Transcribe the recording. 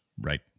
Right